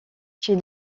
chez